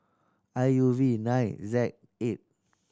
I U V nine Z eight